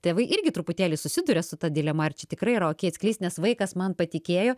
tėvai irgi truputėlį susiduria su ta dilema ar čia tikrai yra okei atskleist nes vaikas man patikėjo